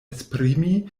esprimi